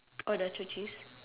oh nacho cheese